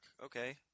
Okay